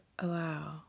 allow